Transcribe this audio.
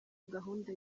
gahunda